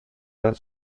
dal